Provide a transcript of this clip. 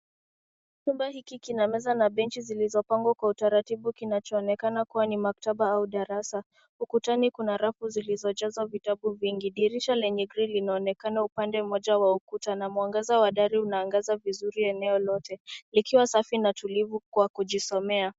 Chumba hiki kina meza na benchi zilizo pangwa kwa utaratibu. Kinaonekana kuwa ni maktaba au darasa. Ukutani kuna rafu zilizojazwa vitabu vingi. Dirisha lenye grill linaonekana upande moja wa ukuta na mwangaza wa dari unaangaza vizuri eneo lote, likiwa safi na tulivu kwa kujisomea